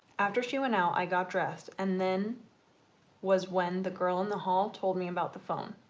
after she went out i got dressed and then was when the girl in the hall told me about the phone.